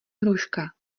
hruška